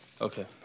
Okay